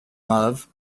love